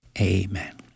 Amen